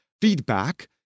feedback